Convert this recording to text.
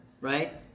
right